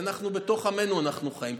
אנחנו, בתוך עמנו אנחנו חיים.